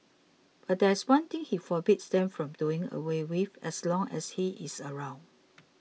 but there is one thing he forbids them from doing away with as long as he is around